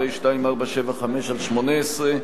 פ/2475/18,